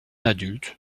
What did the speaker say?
adulte